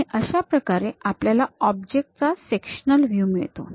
आणि अशा प्रकारे आपल्याला ऑब्जेक्ट चा सेक्शनल व्ह्यू मिळतो